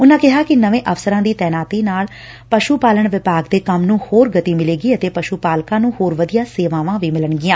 ਉਨ੍ਹਾ ਕਿਹਾ ਕਿ ਨਵੇਂ ਅਫਸਰਾਂ ਦੀ ਤਾਇਨਤੀ ਨਾਲ ਪਸ਼ੂ ਪਾਲਣ ਵਿਭਾਗ ਦੇ ਕੰਮ ਨੂੰ ਹੋਰ ਗਤੀ ਮਿਲੇਗੀ ਅਤੇ ਪਸ਼ੂ ਪਾਲਕਾ ਨੂੰ ਹੋਰ ਵਧੀਆ ਸੇਵਵਾ ਮਿਲਣਗੀਆਂ